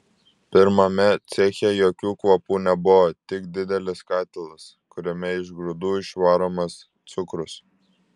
pirmame ceche jokių kvapų nebuvo tik didelis katilas kuriame iš grūdų išvaromas cukrus